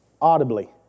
audibly